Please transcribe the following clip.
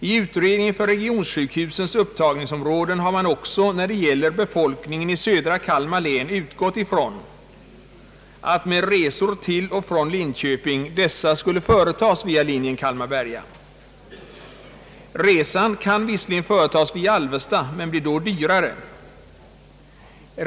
I utredningen för regionsjukhusets upptagningsområden har man också när det gäller befolkningen i södra Kalmar län utgått ifrån att resor till och från Linköping skall företas via linjen Kalmar—Berga. Dessa resor kan visserligen företas via Alvesta, men de blir då dyrare.